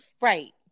Right